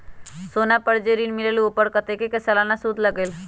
सोना पर जे ऋन मिलेलु ओपर कतेक के सालाना सुद लगेल?